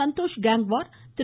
Santhosh Gangwar Thiru